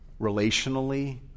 relationally